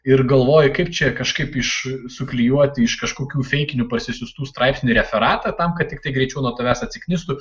ir galvoji kaip čia kažkaip iš suklijuoti iš kažkokių feikinių parsisiųstų straipsnių referatą tam kad tiktai greičiau nuo tavęs atsiknistų